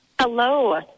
Hello